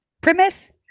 Premise